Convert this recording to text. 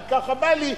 כי ככה בא לי,